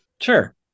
Sure